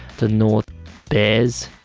the north bears.